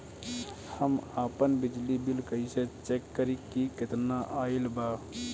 हम आपन बिजली बिल कइसे चेक करि की केतना आइल बा?